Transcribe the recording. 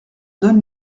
donne